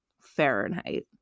Fahrenheit